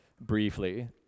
briefly